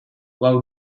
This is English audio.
while